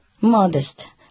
modest